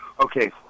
Okay